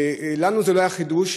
לנו זה לא היה חידוש,